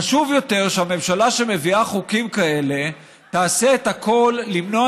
חשוב יותר שהממשלה שמביאה חוקים כאלה תעשה הכול כדי למנוע